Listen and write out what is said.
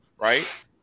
right